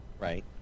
Right